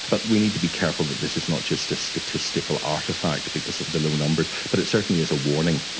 but we need to be careful that this is not just a statistical artefact because of the low numbers, but it certainly is a warning.